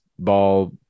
ball